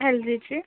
L जीची